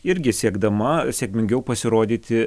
irgi siekdama sėkmingiau pasirodyti